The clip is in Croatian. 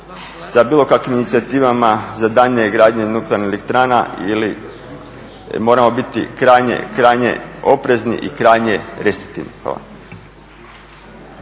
sa bilo kakvim inicijativama za daljnje gradnje nuklearnih elektrana moramo biti krajnje oprezni i krajnje restriktivni.